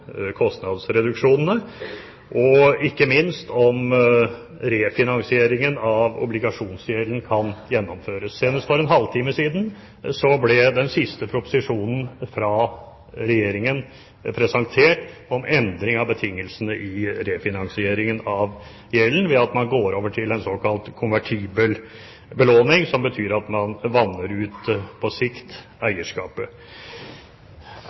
kostnadsreduksjonene, og ikke minst om refinansieringen av obligasjonsgjelden kan gjennomføres. Senest for en halv time siden ble den siste proposisjonen fra Regjeringen presentert om endring av betingelsene i refinansieringen av gjelden ved at man går over til en såkalt konvertibel belåning, som betyr at man vanner ut, på sikt,